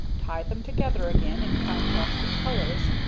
tie them together again in contrasting colors,